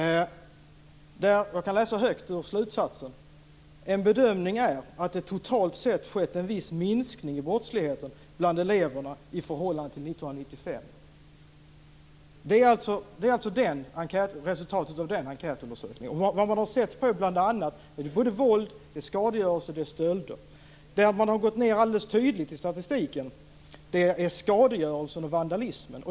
Jag kan läsa högt ur slutsatsen: En bedömning är att det totalt sett skett en viss minskning i brottsligheten bland eleverna i förhållande till 1995. Det är alltså resultatet av den enkätundersökningen. Vad man sett på är bl.a. våld, skadegörelse och stölder. Där statistiken alldeles tydligt har gått ned är när det gäller skadegörelse och vandalism.